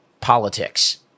politics